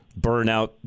burnout